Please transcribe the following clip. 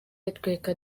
itwereka